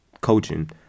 coaching